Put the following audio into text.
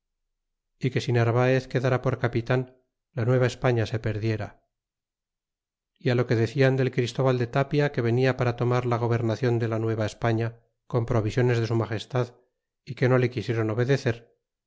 y que si narvaez quedara por capitan la nueva españa se perdiera y lo que decían del christóbal de tapia que venia para tomar la gobernacion de la nueva españa con provisiones de su magestad y que no le quisiéron obedecer